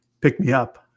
pick-me-up